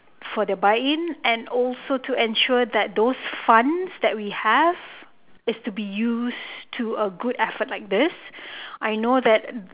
for the buy in and also to ensure that those funds that we have is to be used to a good effort like this I know that